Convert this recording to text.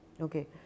Okay